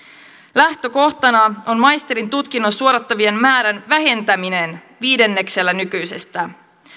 lähtökohtana on maisterin tutkinnon suorittavien määrän vähentäminen viidenneksellä nykyisestä